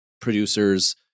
producers